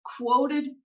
quoted